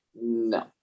no